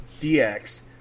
DX